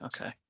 Okay